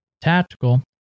Tactical